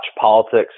politics